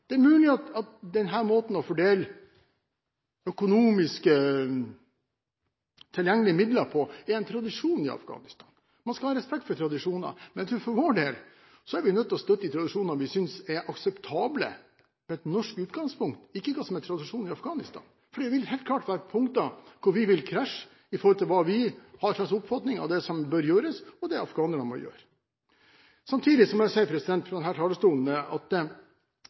Det er mulig at denne måten å fordele økonomiske tilgjengelige midler på, er en tradisjon i Afghanistan. Man skal ha respekt for tradisjoner, men jeg tror at vi for vår del er nødt til å støtte de tradisjonene vi synes er akseptable med et norsk utgangspunkt, og ikke etter hva som er tradisjon i Afghanistan – for det vil helt klart være punkter hvor vi vil krasje i forhold til hvilken oppfatning vi har av det som bør gjøres, og det afghanerne må gjøre. Samtidig må jeg si fra denne talerstolen at